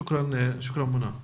תודה, מונא.